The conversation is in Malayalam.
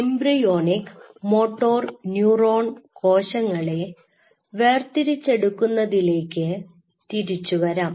എംബ്രിയോണിക് മോട്ടോർന്യൂറോൺ കോശങ്ങളെ വേർതിരിച്ചെടുക്കുന്നതിലേക്ക് തിരിച്ചുവരാം